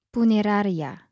Puneraria